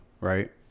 right